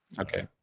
Okay